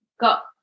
got